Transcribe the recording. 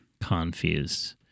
Confused